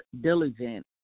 diligent